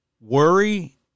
Worry